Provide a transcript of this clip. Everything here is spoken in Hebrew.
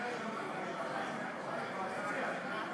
ההצעה להעביר את הצעת חוק הגנת הצרכן